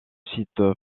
site